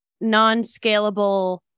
non-scalable